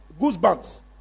goosebumps